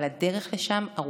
אבל הדרך לשם ארוכה,